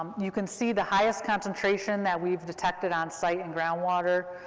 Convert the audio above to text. um you can see the highest concentration that we've detected onsite, in ground water,